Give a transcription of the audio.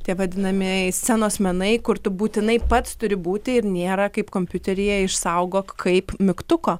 tie vadinamieji scenos menai kur tu būtinai pats turi būti ir nėra kaip kompiuteryje išsaugok kaip mygtuko